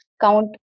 count